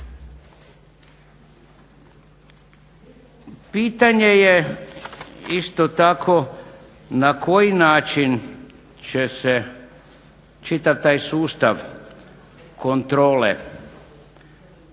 Pitanje je isto tako na koji način će se čitav taj sustav kontrole